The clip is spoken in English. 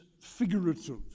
figurative